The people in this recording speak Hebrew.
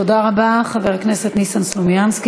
תודה רבה, חבר הכנסת ניסן סלומינסקי.